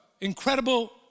incredible